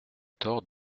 tort